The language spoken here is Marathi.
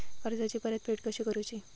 कर्जाची परतफेड कशी करूची?